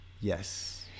Yes